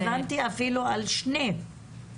--- אני הבנתי שמדברים אפילו על שתי מחלקות.